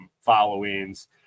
followings